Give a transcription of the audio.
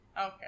Okay